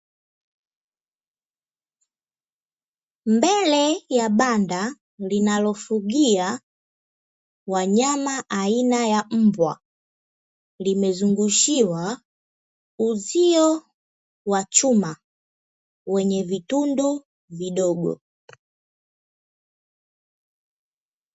Mbele ya banda linalofugia wanyama aina ya mbwa, limezungushiwa uzio wa chuma wenye vitundu vidogo.